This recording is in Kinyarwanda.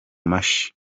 mashyi